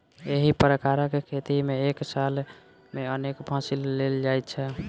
एहि प्रकारक खेती मे एक साल मे अनेक फसिल लेल जाइत छै